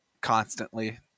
constantly